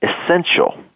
essential